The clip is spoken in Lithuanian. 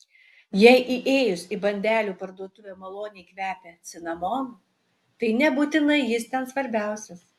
jei įėjus į bandelių parduotuvę maloniai kvepia cinamonu tai nebūtinai jis ten svarbiausias